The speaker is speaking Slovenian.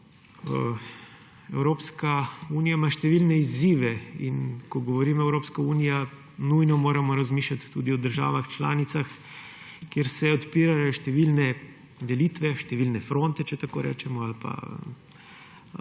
Evropska unija ima številne izzive, in ko govorimo o Evropski uniji, moramo nujno razmišljati tudi o državah članicah, kjer se odpirajo številne delitve, številne fronte, če tako rečemo, ali pa